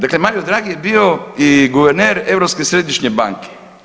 Dakle, Mario Draghi je bio i guverner Europske središnje banke.